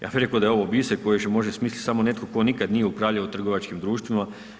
Ja bih rekao da je ovo biser koji može smisliti samo netko to nikad nije upravljao trgovačkim društvima.